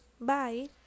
Bye